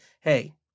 hey